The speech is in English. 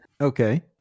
Okay